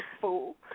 fool